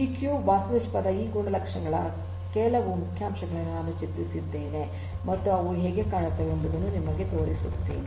BCube ವಾಸ್ತುಶಿಲ್ಪದ ಈ ಗುಣಲಕ್ಷಣಗಳ ಕೆಲವು ಮುಖ್ಯಾಂಶಗಳನ್ನು ನಾನು ಚಿತ್ರಿಸಿದ್ದೇನೆ ಮತ್ತು ಅವು ಹೇಗೆ ಕಾಣುತ್ತವೆ ಎಂಬುದನ್ನು ನಿಮಗೆ ತೋರಿಸಿದ್ದೇನೆ